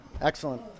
Excellent